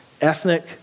ethnic